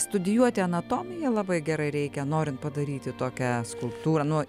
studijuoti anatomiją labai gerai reikia norint padaryti tokią skulptūrą nu